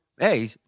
Hey